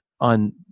on